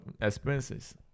expenses